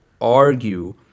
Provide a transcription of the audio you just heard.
argue